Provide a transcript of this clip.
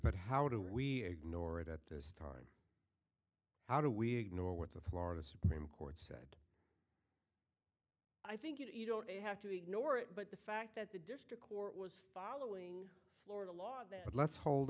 but how do we ignore it at this time how do we know what the florida supreme court said i think you don't have to ignore it but the fact that the district court was following florida law that let's hold